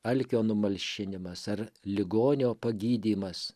alkio numalšinimas ar ligonio pagydymas